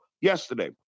yesterday